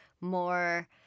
more